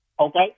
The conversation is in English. okay